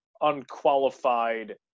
unqualified